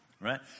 right